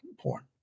porn